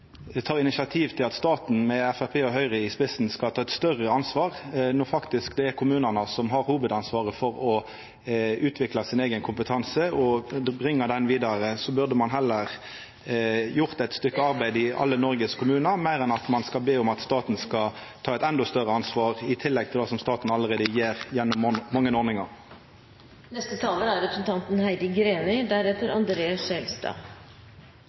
initiativ til at staten, med Framstegspartiet og Høgre i spissen, skal ta eit større ansvar. Når det faktisk er kommunane som har hovudansvaret for å utvikla sin eigen kompetanse og bringa han vidare, burde ein gjort eit stykke arbeid i alle kommunane i Noreg heller enn å be om at staten skal ta eit endå større ansvar, i tillegg til det staten allereie gjer gjennom mange